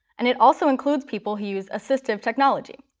and it also includes people who use assistive technology.